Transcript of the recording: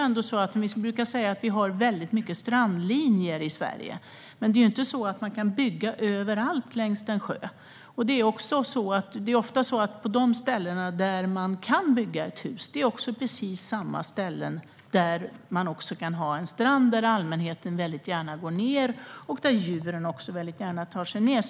Vi brukar säga att vi har väldigt mycket strandlinje i Sverige, men det är ju inte så att man kan bygga överallt längs en sjö. De ställen där man kan bygga ett hus är ofta precis de ställen där man kan ha en strand dit allmänheten gärna går och dit djuren gärna tar sig.